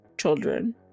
children